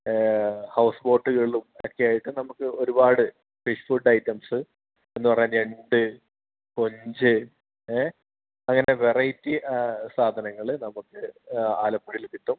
house ബോട്ടുകളിലും ഒക്കെ ആയിട്ട് നമുക്ക് ഒരുപാട് ഫിഷ് ഫുഡ് ഐറ്റംസ് എന്നുപറഞ്ഞാൽ ഞണ്ട് കൊഞ്ച് ഏഹ് അങ്ങനെ വെറൈറ്റി സാധനങ്ങൾ നമുക്ക് ആലപ്പുഴയിൽ കിട്ടും